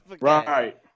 Right